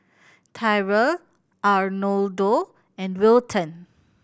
Tyrel Arnoldo and Wilton